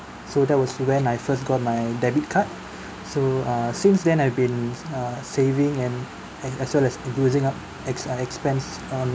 so that was when I first got my debit card so uh since then I've been uh saving and and as well as using up ex~ uh expense um